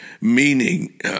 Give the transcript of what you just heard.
Meaning